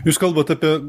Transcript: jūs kalbat apie